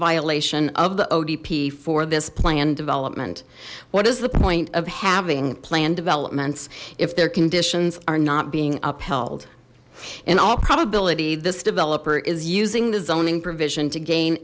violation of the odp for this planned development what is the point of having planned developments if their conditions are not being upheld in all probability this developer is using the zoning provision to gain